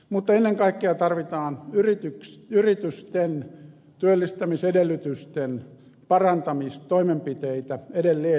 mutta ennen kaikkea tarvitaan yritysten työllistämisedellytysten parantamistoimenpiteitä edelleen ja voimakkaasti